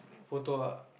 photo ah